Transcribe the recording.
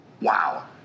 Wow